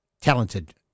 talented